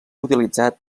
utilitzat